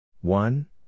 One